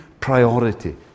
priority